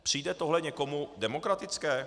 Přijde tohle někomu demokratické?